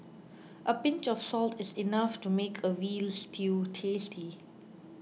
a pinch of salt is enough to make a Veal Stew tasty